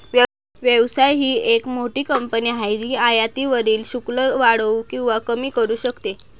व्यवसाय ही एक मोठी कंपनी आहे जी आयातीवरील शुल्क वाढवू किंवा कमी करू शकते